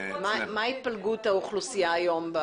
מה התפלגות האוכלוסייה היום?